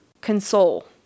console